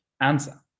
answer